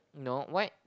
no white